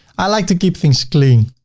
i like to keep things clean.